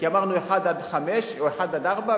כי אמרנו 1 4 או 1 5,